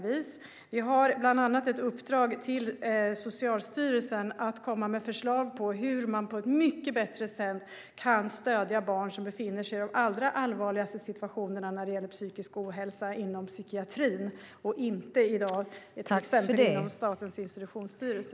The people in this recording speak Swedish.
Vi har bland annat ett uppdrag till Socialstyrelsen att komma med förslag på hur man på ett mycket bättre sätt kan stödja barn som befinner sig i de allra allvarligaste situationerna när det gäller psykisk ohälsa. Detta gäller psykiatrin, men inte i dag till exempel Statens institutionsstyrelse.